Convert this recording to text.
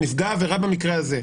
נפגע עבירה במקרה הזה,